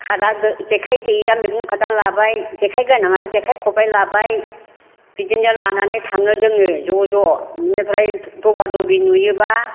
खादा जेखाय गैयिया मैगं खादा लाबाय जेखाय गोनांआ जेखाय ख'बाय लाबाय बिदिनो लानानै थांङो जोंङो ज' ज' बेनिफ्राय दबा दबि नुयोबा